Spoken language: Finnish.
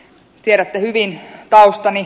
tiedätte hyvin taustani